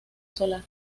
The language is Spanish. solar